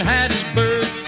Hattiesburg